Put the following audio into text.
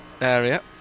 area